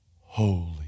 holy